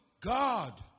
God